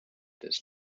served